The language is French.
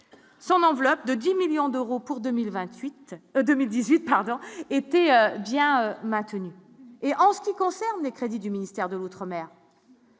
son enveloppe de 10 millions d'euros pour 2028 2018 partants était bien maintenu. Et en ce qui concerne les crédits du ministère de l'Outre-mer,